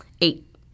Eight